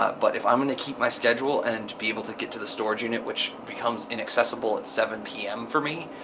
ah but if i'm gonna keep my schedule and be able to get to the storage unit, which becomes inaccessible at seven pm for me,